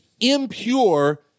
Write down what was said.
impure